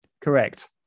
Correct